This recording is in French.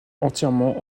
entièrement